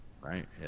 Right